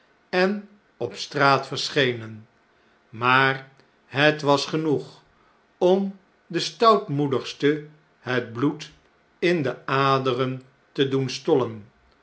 en op straat verschenen maar het was genoeg om den stoutmoedigste het bloed in de aderen te doen